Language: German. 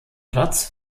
platz